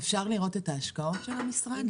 אפשר לראות את ההשקעות של המשרד?